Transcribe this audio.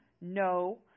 No